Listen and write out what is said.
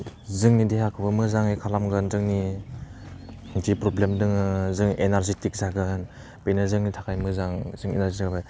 जोंनि देहाखौबो मोजाङै खालामगोन जोंनि जे प्रब्लेम दङ जों एनारजिटिक जागोन बेनो जोंनि थाखाय मोजां सेंग्रा जाबाय